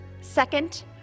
second